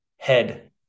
head